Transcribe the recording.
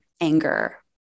anger